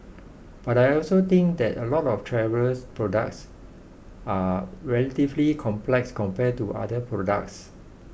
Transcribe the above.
but I also think that a lot of travellers products are relatively complex compared to other products